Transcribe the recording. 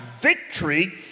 victory